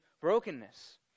brokenness